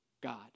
God